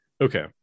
Okay